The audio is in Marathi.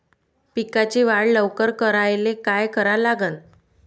पिकाची वाढ लवकर करायले काय करा लागन?